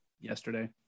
yesterday